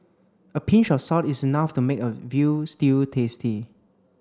a pinch of salt is enough to make a veal stew tasty